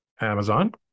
Amazon